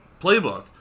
playbook